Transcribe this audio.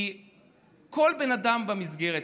כי כל בן אדם במסגרת,